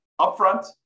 upfront